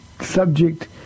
subject